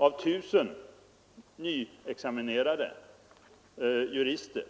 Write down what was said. Av 1 000 nyexaminerade jurister